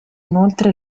inoltre